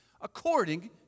according